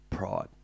Pride